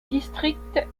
district